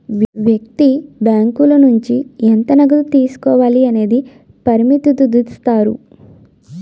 వ్యక్తి బ్యాంకుల నుంచి ఎంత నగదు తీసుకోవాలి అనేది పరిమితుదిస్తారు